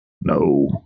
No